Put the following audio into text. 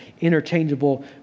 interchangeable